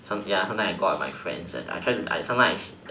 some ya sometimes I go out with my friends and I try to I sometimes I